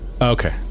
Okay